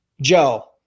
Joe